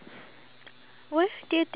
ya